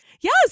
Yes